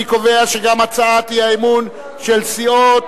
אני קובע שגם הצעת האי-אמון של סיעות